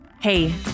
Hey